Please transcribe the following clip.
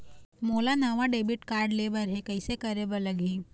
मोला नावा debit card लेबर हे, कइसे करे बर लगही?